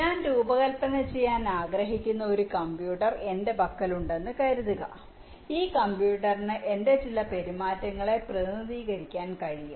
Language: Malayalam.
ഞാൻ രൂപകൽപ്പന ചെയ്യാൻ ആഗ്രഹിക്കുന്ന ഒരു കമ്പ്യൂട്ടർ എന്റെ പക്കലുണ്ടെന്ന് പറയുക ഈ കമ്പ്യൂട്ടറിന് എന്റെ ചില പെരുമാറ്റങ്ങളെ പ്രതിനിധീകരിക്കാൻ കഴിയും